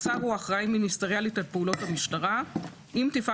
השר הוא אחראי מיניסטריאלית על פעולות המשטרה אם תפעל